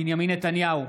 בנימין נתניהו,